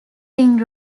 ring